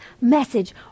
message